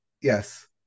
Yes